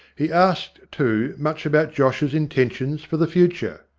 he asked, too, much about josh's intentions for the future.